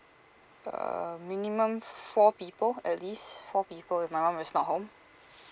uh minimum four people at least four people if my mum is not home